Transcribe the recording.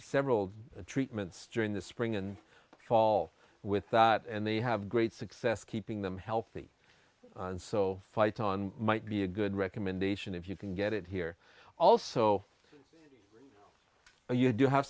several treatments during the spring and fall with that and they have great success keeping them healthy and so fight on might be a good recommendation if you can get it here also and you do have